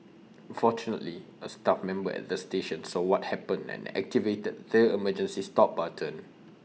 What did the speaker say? fortunately A staff member at the station saw what happened and activated the emergency stop button